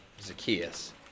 Zacchaeus